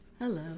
Hello